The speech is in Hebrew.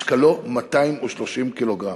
משקלו 230 קילוגרם.